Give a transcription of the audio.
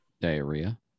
Diarrhea